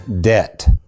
debt